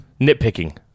nitpicking